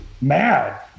Mad